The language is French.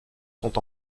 sont